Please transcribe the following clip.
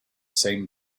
same